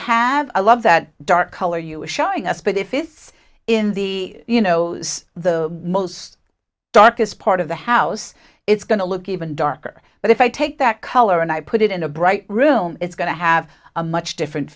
have a love that dark color you are showing us but if it's in the you know the most darkest part of the house it's going to look even darker but if i take that color and i put it in a bright room it's going to have a much different